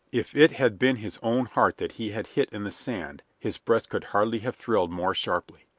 if it had been his own heart that he had hit in the sand his breast could hardly have thrilled more sharply.